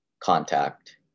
contact